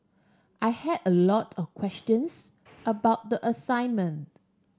I had a lot of questions about the assignment